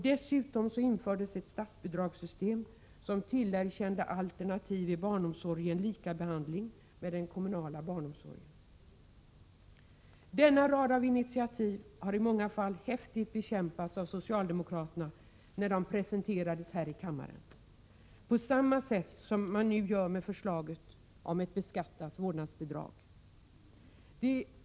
Dessutom infördes ett statsbidragssystem, som tillerkände alternativ i barnomsorgen likabehandling med den kommunala barnomsorgen. Denna rad av initiativ har i många fall häftigt bekämpats av socialdemokraterna när de presenterades här i kammaren på samma sätt som nu förslaget om ett beskattat vårdnadsbidrag.